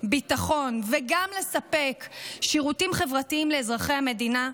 ביטחון וגם לספק שירותים חברתיים לאזרחי המדינה,